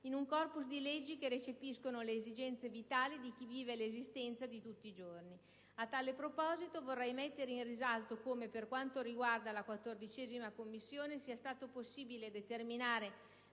in un *corpus* di leggi che recepiscano le esigenze vitali di chi vive l'esistenza di tutti i giorni. A tale proposito, vorrei mettere in risalto come, per quanto riguarda la 14a Commissione, sia stato possibile realizzare